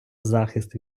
захист